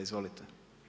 Izvolite.